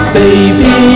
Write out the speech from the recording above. baby